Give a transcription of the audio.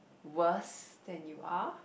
worse than you are